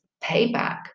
payback